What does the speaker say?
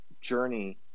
journey